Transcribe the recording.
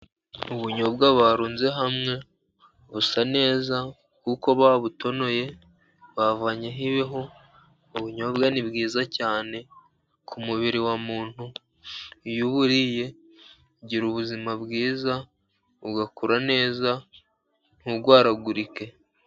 Ubunyobwa barunze hamwe busa neza kuko babutonoye bavanyeho ibihu, ubunyobwa ni bwiza cyane ku mubiri wa muntu. Iyo wabuwuriye ugira ubuzima bwiza ugakura neza nturwaragurike.